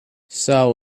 saul